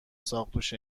ساقدوش